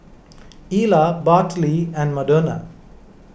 Ila Bartley and Madonna